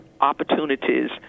opportunities